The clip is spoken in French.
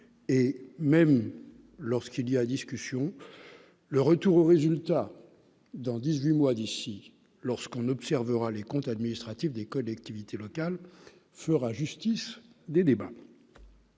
et même lorsqu'il y a discussion le retour aux résultats dans 18 mois d'ici lorsqu'on observera les comptes administratifs des collectivités locales fera justice des débats.